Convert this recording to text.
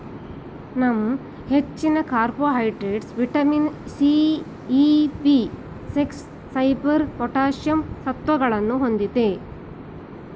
yam ಹೆಚ್ಚಿನ carbohydrates, vitamin C, E, B six, fibre, potassium ಸತ್ವಗಳನ್ನು ಹೊಂದಿದೆ